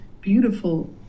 beautiful